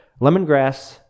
Lemongrass